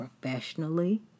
professionally